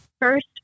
First